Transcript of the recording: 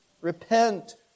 repent